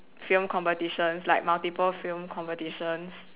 film competitions like multiple film competitions